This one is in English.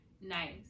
nice